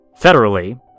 federally